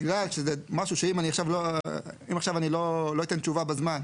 בגלל שזה משהו שאם עכשיו אני לא אתן תשובה בזמן,